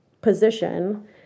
position